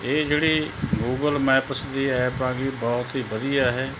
ਇਹ ਜਿਹੜੀ Google Maps ਦੀ ਐਪ ਹੈਗੀ ਬਹੁਤ ਹੀ ਵਧੀਆ ਇਹ